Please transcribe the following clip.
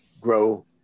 grow